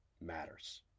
matters